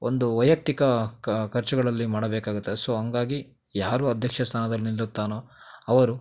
ಒಂದು ವೈಯಕ್ತಿಕ ಖರ್ಚುಗಳಲ್ಲಿ ಮಾಡಬೇಕಾಗುತ್ತದೆ ಸೊ ಅಂಗಾಗಿ ಯಾರೂ ಅಧ್ಯಕ್ಷ ಸ್ಥಾನದಲ್ಲಿ ನಿಲ್ಲುತ್ತಾನೋ ಅವರು